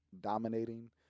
dominating